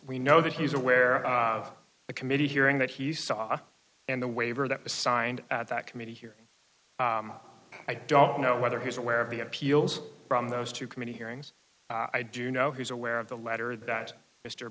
we know that he's aware of the committee hearing that he saw and the waiver that was signed at that committee hearing i don't know whether he's aware of the appeals from those two committee hearings i do know he's aware of the letter that mr